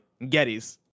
Gettys